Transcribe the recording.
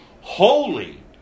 holy